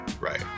right